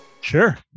Sure